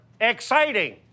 exciting